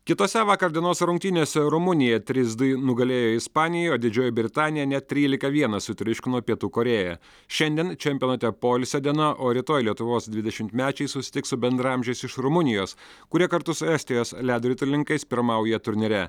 kitose vakar dienos rungtynėse rumunija trys du nugalėjo ispaniją o didžioji britanija net trylika vienas sutriuškino pietų korėją šiandien čempionate poilsio diena o rytoj lietuvos dvidešimtmečiai susitiks su bendraamžiais iš rumunijos kurie kartu su estijos ledo ritulininkais pirmauja turnyre